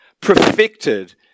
perfected